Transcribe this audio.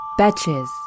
Betches